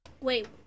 Wait